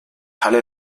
halle